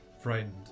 frightened